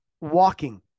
walking